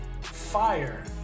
fire